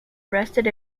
arrested